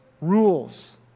rules